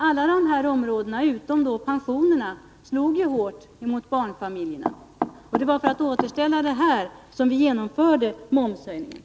Allt detta utom de försämrade pensionerna slog ju hårt mot barnfamiljerna. Det var för att återställa detta som vi genomförde momshöjningen.